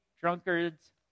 drunkards